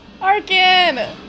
Arkin